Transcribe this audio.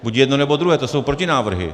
Buď jedno nebo druhé, to jsou protinávrhy.